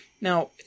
Now